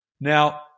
Now